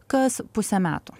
kas pusę metų